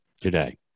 today